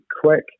quick